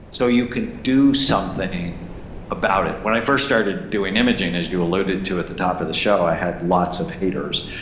so you can do something about it? when i first started doing imaging as you alluded to at the top of the show, i had lots of haters.